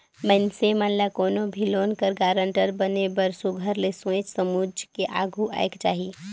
मइनसे ल कोनो भी लोन कर गारंटर बने बर सुग्घर ले सोंएच समुझ के आघु आएक चाही